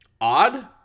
odd